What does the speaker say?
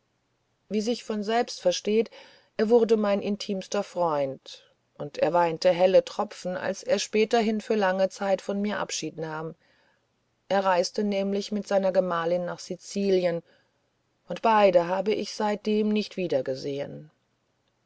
wie sich von selbst versteht er wurde mein intimster freund und er weinte helle tropfen als er späterhin für lange zeit von mir abschied nahm er reiste nämlich mit seiner gemahlin nach sizilien und beide habe ich seitdem nicht wiedergesehn